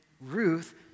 Ruth